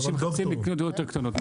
אנשים מחפשים לקנות דירות יותר קטנות.